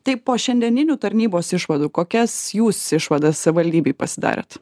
tai po šiandieninių tarnybos išvadų kokias jūs išvadas savivaldybėj pasidarėt